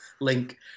link